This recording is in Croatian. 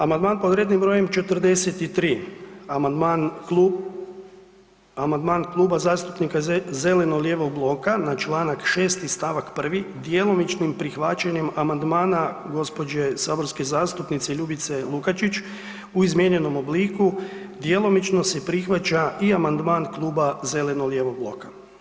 Amandman pod rednim br. 43, amandman, amandman Kluba zastupnika zeleno-lijevog bloka na čl. 6. st. 1. djelomičnim prihvaćanjem amandmana gđe. saborske zastupnice Ljubice Lukačić u izmijenjenom obliku djelomično se prihvaća i amandman Kluba zeleno-lijevog bloka.